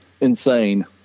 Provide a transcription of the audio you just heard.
insane